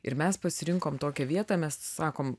ir mes pasirinkom tokią vietą mes sakom